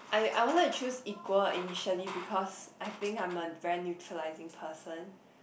I I wanted to choose equal initially because I think I'm a very neutralising person